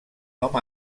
nom